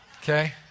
Okay